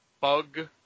bug